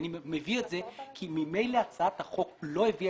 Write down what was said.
אני מביא את זה כי ממילא הצעת החוק לא הביאה